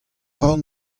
ran